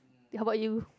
how about you